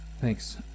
Thanks